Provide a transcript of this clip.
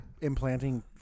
implanting